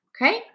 Okay